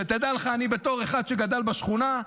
שתדע לך, אני בתור אחד שגדל בשכונה,